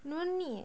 no நீ:nee